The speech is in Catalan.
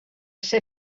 ser